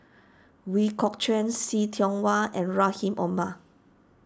Ooi Kok Chuen See Tiong Wah and Rahim Omar